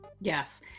yes